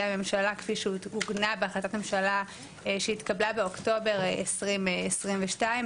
הממשלה כפי שעוגנה בהחלטת הממשלה שהתקבלה באוקטובר 2022,